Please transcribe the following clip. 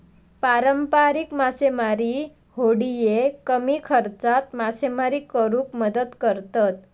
पारंपारिक मासेमारी होडिये कमी खर्चात मासेमारी करुक मदत करतत